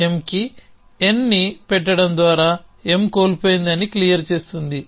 M కి n ని పెట్టడం ద్వారా M కోల్పోయింది అని క్లియర్ చేస్తుంది